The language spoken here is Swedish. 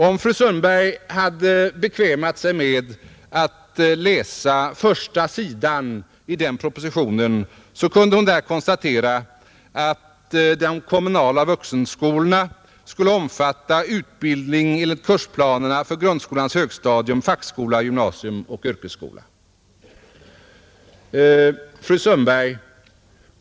Om fru Sundberg hade bekvämat sig med att läsa första sidan i den propositionen, så kunde hon där ha konstaterat att de kommunala vuxenskolorna skulle omfatta utbildning enligt kursplanerna för grundskolans högstadium, fackskola, gymnasium och yrkesskola. Fru Sundberg!